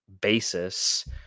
basis